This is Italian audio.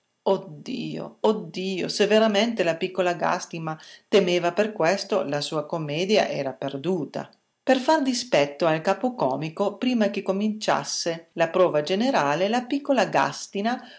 dio oh dio se veramente la piccola gàstina temeva per questo la sua commedia era perduta per far dispetto al capocomico prima che cominciasse la prova generale la piccola gàstina